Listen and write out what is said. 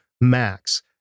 Max